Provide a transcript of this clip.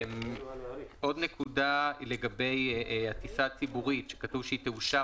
נקודה נוספת לגבי הטיסה הציבורית שכתוב שתאושר